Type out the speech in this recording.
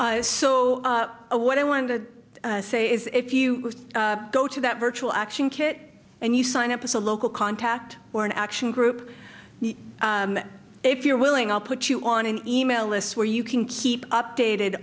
so what i want to say is if you go to that virtual action kit and you sign up as a local contact or an action group if you're willing i'll put you on an e mail lists where you can keep updated